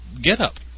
get-up